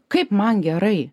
kaip man gerai